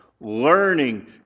learning